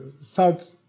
South